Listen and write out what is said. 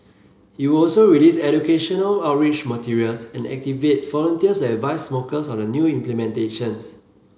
it will also release educational outreach materials and activate volunteers and advise smokers on the new implementation